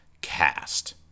Cast